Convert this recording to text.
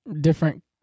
Different